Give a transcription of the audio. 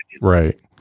Right